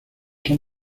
son